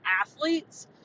athlete's